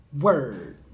Word